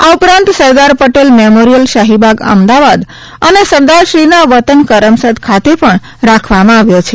આ ઉપરાંત સરદાર પટેલ મેમોરીયાલ શાહીબાગ અમદાવાદ અને સરદારશ્રીના વતન કરમસદ ખાતે પણ રાખવામાં આવ્યો છે